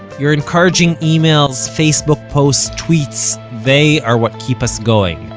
your encouraging emails, facebook posts, tweets, they are what keep us going,